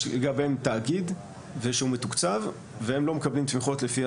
יש לגביהם תאגיד שהוא מתוקצב והם לא מקבלים תמיכות לפי